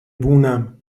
بونم